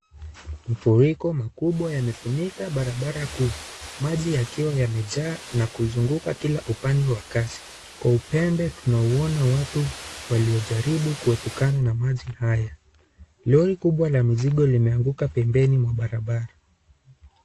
Mfuriko makubwa yamefunika barabara juu, maji yakiwa yamejaa na kuzunguka kila upande wa maziwa upembe tunaona watu waliojaribu kuepukana na maji haya. Lori kubwaa mzigo limeanguka pempeni mwa barabara.